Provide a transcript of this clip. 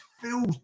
feels